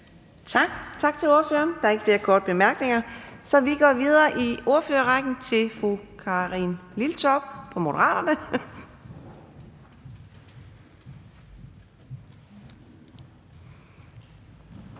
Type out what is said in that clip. Tak til ordføreren. Der er ikke flere korte bemærkninger, så vi går videre i ordførerrækken til fru Karin Liltorp fra Moderaterne.